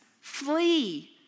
flee